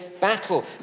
battle